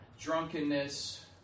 drunkenness